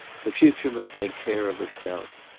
the future must take care of itself.